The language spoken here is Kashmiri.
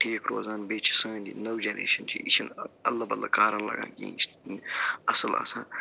ٹھیٖک روزان بیٚیہِ چھِ سٲنۍ نٕو جَنٛریشَن چھِ یہِ چھِنہٕ اَدلہٕ بدلہٕ کِہیٖنۍ اَصٕل آسان